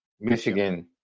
Michigan